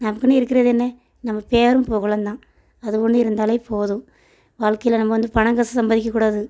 நமக்குன்னு இருக்கிறது என்ன நம்ம பேரும் புகழும் தான் அது ஒன்று இருந்தாலே போதும் வாழ்க்கையில நம்ம வந்து பணம் காசு சம்பாதிக்கக்கூடாது